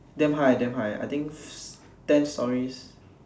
damn high damn high I think ten stories